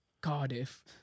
Cardiff